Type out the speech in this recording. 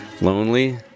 lonely